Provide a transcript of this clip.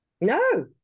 No